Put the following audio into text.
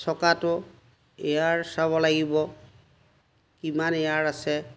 চকাটো air চাব লাগিব কিমান এয়াৰ আছে